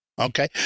Okay